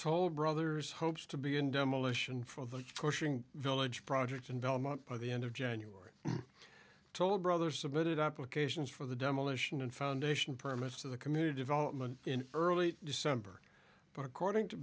toll brothers hopes to be in demolition for the pushing village project in belmont by the end of january told brother submitted applications for the demolition and foundation permits to the community development in early december but according to